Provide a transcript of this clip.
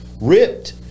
ripped